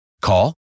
Call